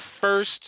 first